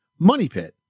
MONEYPIT